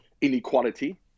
inequality